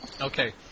Okay